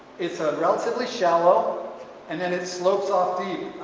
it's a relatively shallow and then it slopes off deep.